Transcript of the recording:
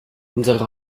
unsere